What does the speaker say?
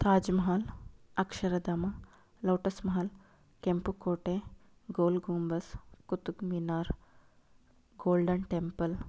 Taj Mahal Akshardham lotus Mahal ಕೆಂಪು ಕೋಟೆ Gol Gumbaz Qutub Minar golden temple